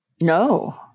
No